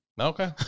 Okay